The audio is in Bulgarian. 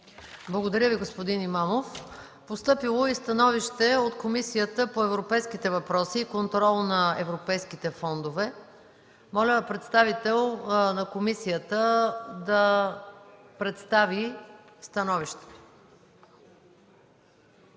Благодаря Ви, господин Имамов. Постъпило е и становище от Комисията по европейските въпроси и контрол на европейските фондове. Моля представител на комисията да ни запознае